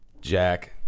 Jack